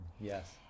Yes